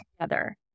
together